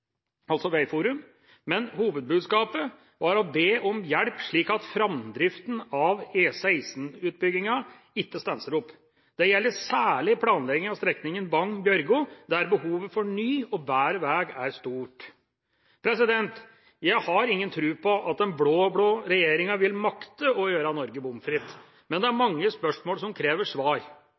altså Vegforum E16 – men hovedbudskapet var å be om hjelp, slik at framdriften av E16-utbygginga ikke stanser opp. Det gjelder særlig planlegginga av strekninga Bagn–Bjørgo, der behovet for ny og bedre vei er stort. Jeg har ingen tro på at den blå-blå regjeringa vil makte å gjøre Norge bomfritt, men det er mange spørsmål som krever svar.